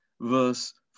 verse